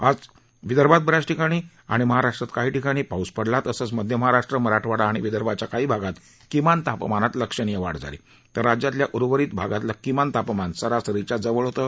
आज विदर्थात बऱ्याच ठिकाणी आणि मराठवाड्यात काही ठिकाणी पाऊस पडला तसंच मध्य महाराष्ट्र मराठवाडा आणि विदर्भाच्या काही भागात किमान तापमानात लक्षणीय वाढ झाली तर राज्यातल्या उर्वरित भागातलं किमान तापमान सरासरीच्या जवळ होतं